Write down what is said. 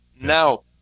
Now